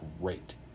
great